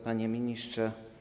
Panie Ministrze!